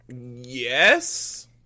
Yes